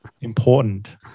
important